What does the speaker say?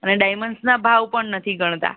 અને ડાયમંડ્સના ભાવ પણ નથી ગણતાં